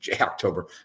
October